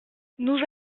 nous